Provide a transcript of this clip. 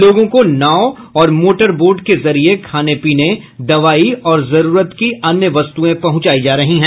लोगों को नाव और मोटरबोट के जरिये खाने पीने दवाई और जरूरत की अन्य वस्तुएं पहुंचायी जा रही है